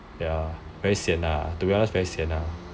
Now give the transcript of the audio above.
ya to be honest very sian lah